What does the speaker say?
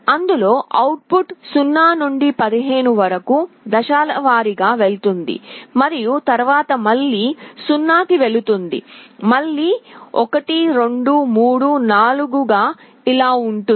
అందులో అవుట్పుట్ 0 నుండి 15 వరకు దశల వారీగా వెళుతుంది మరియు తరువాత మళ్ళీ 0 కి వెళుతుంది మళ్ళీ 1 2 3 4 ఇలా ఉంటుంది